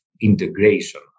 integration